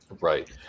Right